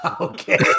Okay